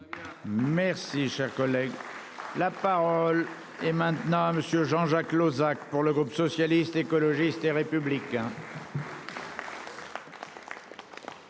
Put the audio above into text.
Merci, cher collègue, la parole est maintenant à Monsieur Jean-Jacques Lozach. Pour le groupe socialiste, écologiste et républicain.